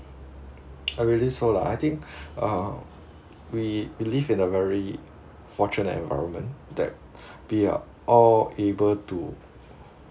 I believe so lah I think uh we we live in a very fortunate environment that we are all able to